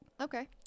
Okay